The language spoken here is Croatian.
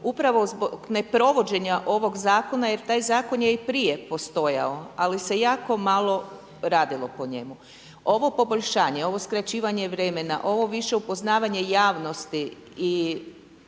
upravo zbog neprovođenja ovog zakona jer taj zakon j ei prije postojao ali se jako malo radilo po njemu. Ovo poboljšanje, ovo skraćivanje vremena, ovo više upoznavanje javnosti i